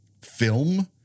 film